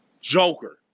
Joker